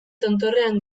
tontorrean